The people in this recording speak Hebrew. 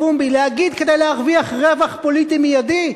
להגיד כדי להרוויח רווח פוליטי מיידי,